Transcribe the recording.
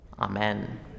Amen